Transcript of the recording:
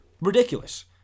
Ridiculous